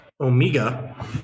Omega